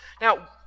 Now